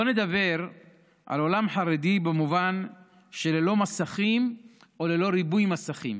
בוא נדבר על עולם חרדי במובן של ללא מסכים או ללא ריבוי מסכים.